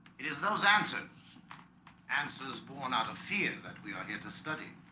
it is those answers answers born out of fear that we are here to study